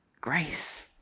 grace